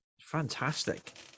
Fantastic